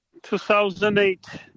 2008